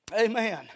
Amen